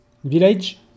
Village